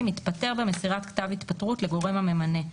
אם התפטר במסירת כתב התפטרות לגורם הממנה.